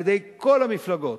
על-ידי כל המפלגות,